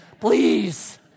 please